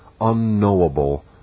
unknowable